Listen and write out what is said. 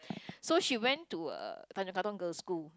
so she went to uh Tanjong-Katong-girls'-school